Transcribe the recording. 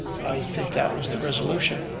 think that was the resolution.